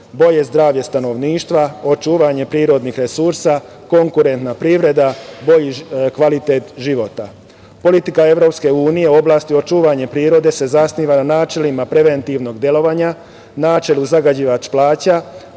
bolje zdravlje stanovništva, očuvanje prirodnih resursa, konkurentna privreda, bolji kvalitet života. Politika EU u oblasti očuvanje prirode se zasniva na načelu preventivnog delovanja, načelu zagađivač plaća,